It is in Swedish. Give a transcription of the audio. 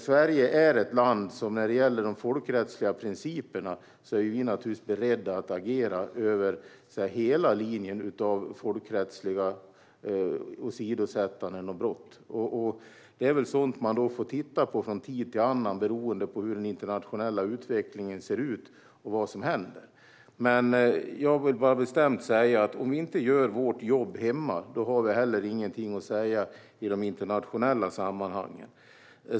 Sverige är ett land som när det gäller de folkrättsliga principerna naturligtvis är berett att agera över hela linjen av folkrättsliga åsidosättanden och brott. Sådant får man titta på från tid till annan beroende på hur den internationella utvecklingen ser ut och vad som händer. Jag vill bara bestämt säga att om vi inte gör vårt jobb hemma, då har vi heller ingenting att säga i de internationella sammanhangen.